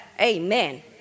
Amen